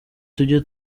tujye